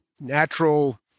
natural